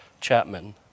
Chapman